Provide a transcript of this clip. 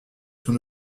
son